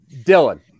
Dylan